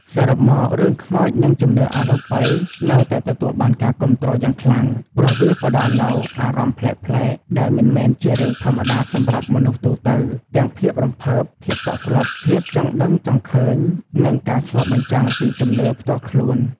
សរុបមក រឿងខ្មោចនិងជំនឿអរូបីនៅតែទទួលបានការគាំទ្រយ៉ាងខ្លាំង ព្រោះវាផ្តល់នូវអារម្មណ៍ប្លែកៗដែលមិនមែនជារឿងធម្មតាសម្រាប់មនុស្សទូទៅ ទាំងភាពរំភើប ភាពតក់ស្លុត ភាពចង់ដឹងចង់ឃើញ និងការឆ្លុះបញ្ចាំងពីជំនឿផ្ទាល់ខ្លួន។